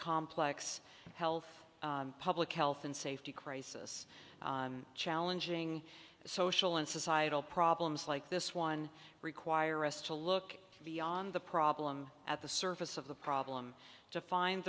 complex health public health and safety crisis challenging social and societal problems like this one require us to look beyond the problem at the surface of the problem to find